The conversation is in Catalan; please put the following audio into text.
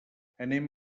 anem